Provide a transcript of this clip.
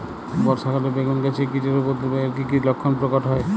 বর্ষা কালে বেগুন গাছে কীটের উপদ্রবে এর কী কী লক্ষণ প্রকট হয়?